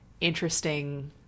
interesting